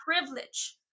privilege